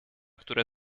które